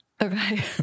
Okay